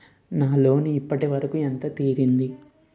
నా లోన్ ఇప్పటి వరకూ ఎంత తీరింది?